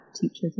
teachers